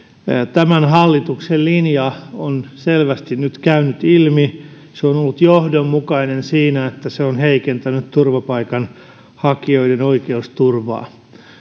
tämän hallituksen linja on selvästi nyt käynyt ilmi se on on ollut johdonmukainen siinä että se on heikentänyt turvapaikanhakijoiden oikeusturvaa